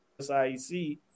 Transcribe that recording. SIEC